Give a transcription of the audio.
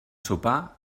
sopar